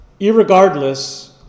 irregardless